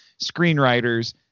screenwriters